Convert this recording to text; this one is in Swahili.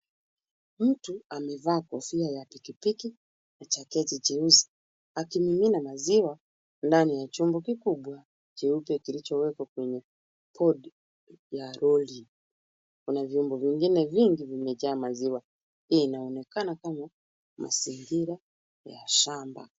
Mtu amevaa kofia ya pikipiki na jaketi jeusi akimimina ndani ya chombo kikubwa cheupe kilichoekwa kwenye podi la roli. Kuna vyombo vingine ambavyo vimejaa maziwa. Hii inaonekana kama mazingira ya shamba.